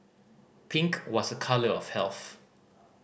pink was a colour of health